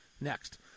next